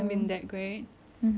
anyway ya your turn